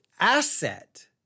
asset